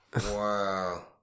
Wow